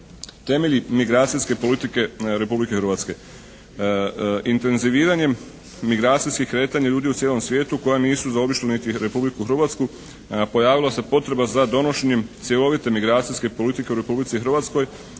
Temelji migracijske politike Republike Hrvatske. Intenziviranjem migracijskih kretanja ljudi u cijelom svijetu koja nisu zaobišla niti Republiku Hrvatsku pojavila se potreba za donošenjem cjelovite migracijske politike u Republici Hrvatskoj